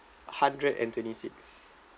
hundred and twenty six